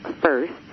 first